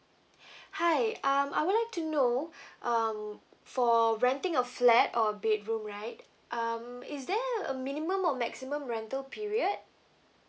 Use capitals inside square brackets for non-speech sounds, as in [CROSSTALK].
[BREATH] hi um I would like to know [BREATH] um for renting a flat or bedroom right um is there a minimum or maximum rental period